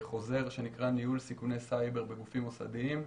חוזר שנקרא: ניהול סיכוני סייבר בגופים מוסדיים.